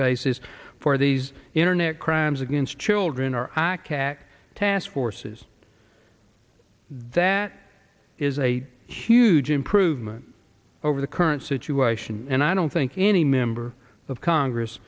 basis for these internet crimes against children or task forces that is a huge improvement over the current situation and i don't think any member of congress